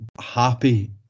happy